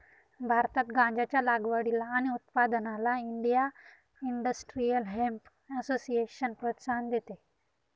भारतात गांज्याच्या लागवडीला आणि उत्पादनाला इंडिया इंडस्ट्रियल हेम्प असोसिएशन प्रोत्साहन देते